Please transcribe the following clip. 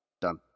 Done